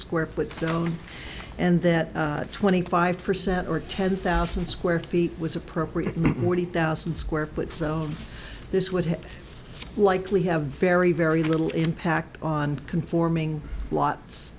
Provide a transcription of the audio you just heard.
square foot zone and that twenty five percent or ten thousand square feet was appropriate mortie thousand square foot so this would have likely have very very little impact on conforming lots